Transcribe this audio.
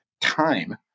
Time